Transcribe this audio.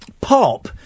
pop